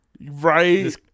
Right